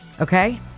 okay